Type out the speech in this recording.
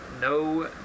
No